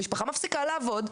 המשפחה מפסיקה לעבוד,